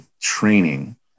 training